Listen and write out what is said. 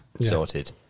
sorted